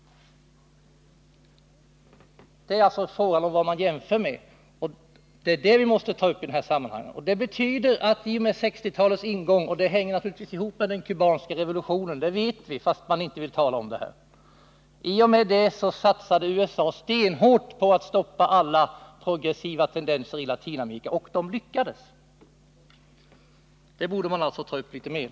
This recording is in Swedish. Det är alltså fråga om vad man jämför med, och det är det vi måste ta upp i dessa sammanhang. I och med 1960-talets ingång och den kubanska revolutionen — vi vet att det hänger ihop med den fast man här inte vill tala om det — satsade USA stenhårt på att stoppa alla progressiva tendenser i Latinamerika, och man lyckades. Det borde vi ta upp mycket mer.